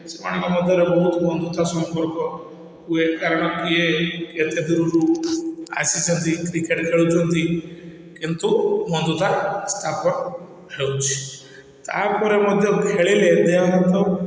ସେମାନଙ୍କ ମଧ୍ୟରେ ବହୁତ ବନ୍ଧୁତା ସମ୍ପର୍କ ହୁଏ କାରଣ କିଏ କେତେ ଦୂରରୁ ଆସିଛନ୍ତି କ୍ରିକେଟ୍ ଖେଳୁଛନ୍ତି କିନ୍ତୁ ବନ୍ଧୁତା ସ୍ଥାପନ ହେଉଛି ତା'ପରେ ମଧ୍ୟ ଖେଳିଲେ ଦେହ ହାତ